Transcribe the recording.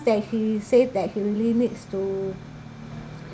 that he said that he really needs to